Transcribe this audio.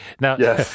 Now